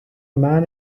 man